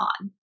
on